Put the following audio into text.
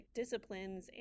disciplines